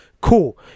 Cool